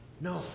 No